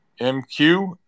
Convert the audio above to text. MQ